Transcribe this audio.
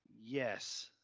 yes